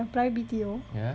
I apply B_T_O